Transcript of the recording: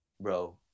bro